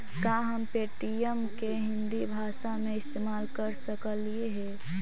का हम पे.टी.एम के हिन्दी भाषा में इस्तेमाल कर सकलियई हे?